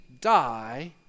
die